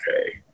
okay